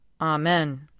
Amen